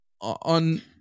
on